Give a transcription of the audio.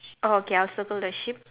oh K I'll circle the sheep